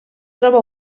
troba